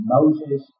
Moses